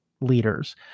leaders